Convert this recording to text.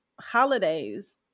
holidays